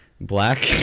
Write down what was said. Black